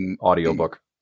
audiobook